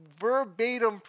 verbatim